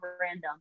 random